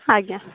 ଆଜ୍ଞା